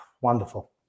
wonderful